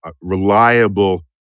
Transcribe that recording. reliable